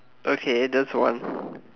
okay that's one